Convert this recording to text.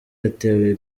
hatewe